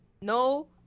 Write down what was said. No